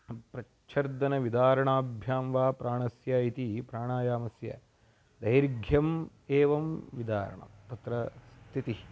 प्रच्छर्दनविदारणाभ्यां वा प्राणस्य इति प्राणायामस्य दैर्घ्यम् एवं विदारणं तत्र स्थितिः